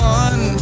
one